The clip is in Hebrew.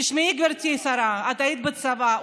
תשמעי, גברתי השרה, את היית בצבא.